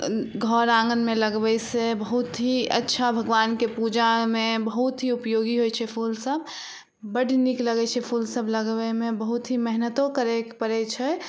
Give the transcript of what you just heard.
घर आँगनमे लगबै से बहुत ही अच्छा भगवानके पूजामे बहुत ही उपयोगी होइ छै फूल सब बड नीक लगै छै फूल सब लगबैमे बहुत ही मेहनतो करैके परै छै